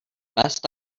best